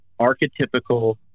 archetypical